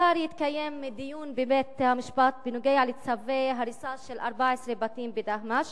מחר יתקיים דיון בבית-המשפט בנוגע לצווי הריסה של 14 בתים בדהמש.